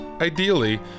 ideally